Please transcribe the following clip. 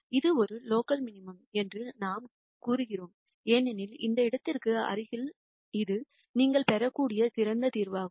இது ஒரு local minimum என்று நாம் கூறுகிறோம் ஏனெனில் இந்த இடத்திற்கு அருகில் இது நீங்கள் பெறக்கூடிய சிறந்த தீர்வாகும்